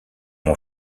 mon